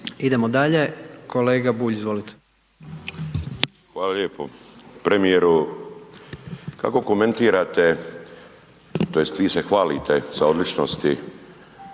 Idemo dalje. Kolega Bulj, izvolite. **Bulj, Miro (MOST)** Hvala lijepo. Premijeru kako komentirate tj. vi se hvalite sa odličnosti,